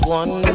one